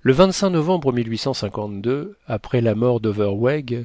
le novembre après la mort d'overweg